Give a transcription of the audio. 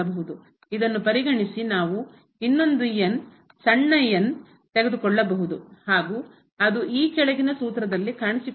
ಇದನ್ನು ಪರಿಗಣಿಸಿ ನಾವು ಇನ್ನೊಂದು ಸಣ್ಣ ತೆಗೆದುಕೊಳ್ಳಬಹುದು ಹಾಗೂ ಅದು ಈ ಕೆಳಗಿನ ಸೂತ್ರದಲ್ಲಿ ಕಾಣಿಸಿಕೊಳ್ಳುತ್ತದೆ